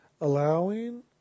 allowing